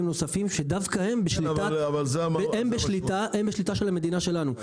נוספים שדווקא הם בשליטה של המדינה שלנו,